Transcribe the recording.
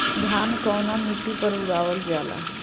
धान कवना मिट्टी पर उगावल जाला?